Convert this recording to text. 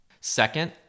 Second